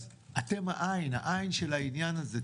אז אתם העין, העין של העניין הזה.